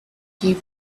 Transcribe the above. gave